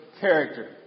character